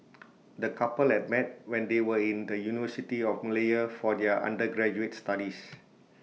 the couple had met when they were in the university of Malaya for their undergraduate studies